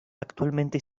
actualmente